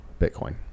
Bitcoin